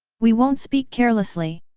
we won't speak carelessly!